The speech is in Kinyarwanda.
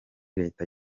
leta